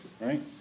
right